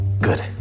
Good